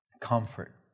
comfort